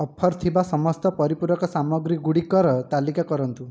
offer ଥିବା ସମସ୍ତ ପରିପୂରକ ସାମଗ୍ରୀ ଗୁଡ଼ିକର ତାଲିକା କରନ୍ତୁ